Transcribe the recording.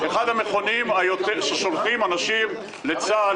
זה אחד המכונים ששולחים אנשים לצה"ל,